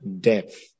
depth